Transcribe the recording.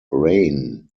reign